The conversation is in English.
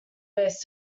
base